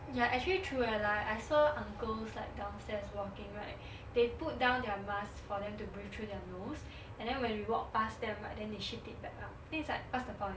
ya actually true eh like I say uncles like downstairs walking right they put down their masks for them to breathe through their nose and then when we walked past them right then they shift it back up then it's like what's the point